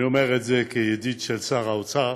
אני אומר את זה כידיד של שר האוצר.